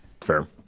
fair